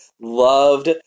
loved